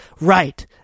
right